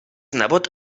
nebot